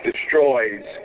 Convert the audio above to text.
destroys